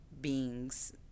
beings